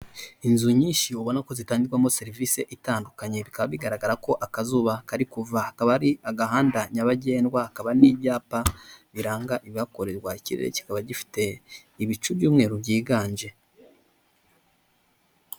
Inzu nyinshi ubona ko zitangirwamo serivise itandukanye, bikaba bigaragara ko akazuba kari kuva, akaba ari agahanda nyabagendwa hakaba n'ibyapa biranga ibihakorerwa, ikirere kikaba gifite ibicu by'umweru byiganje.